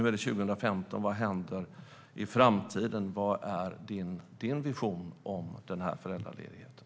Nu är det 2015. Vad händer i framtiden? Vad är din vision om föräldraledigheten?